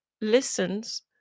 listens